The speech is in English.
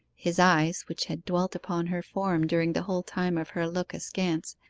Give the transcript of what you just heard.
his eyes, which had dwelt upon her form during the whole time of her look askance,